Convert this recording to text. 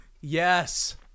yes